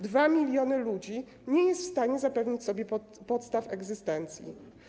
2 mln ludzi nie jest w stanie zapewnić sobie podstaw egzystencji.